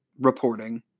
reporting